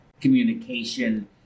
communication